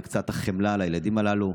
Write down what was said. וקצת חמלה לילדים הללו.